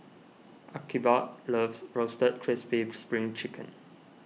Archibald loves Roasted Crispy Spring Chicken